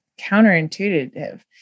counterintuitive